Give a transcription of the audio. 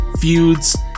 feuds